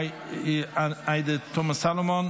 עאידה תומא סלימאן,